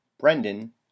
brendan